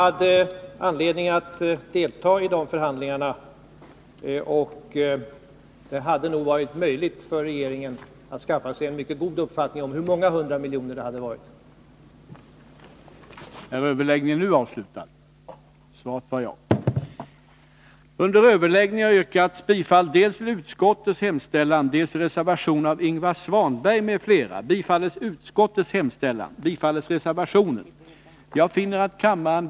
Jag hade anledning att delta i de förhandlingarna, och jag tror därför att det hade varit möjligt för regeringen att skaffa sig en mycket god uppfattning om hur många hundra miljoner det kunde röra sig om.